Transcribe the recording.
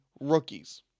rookies